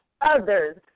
others